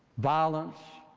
violence,